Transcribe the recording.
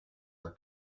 are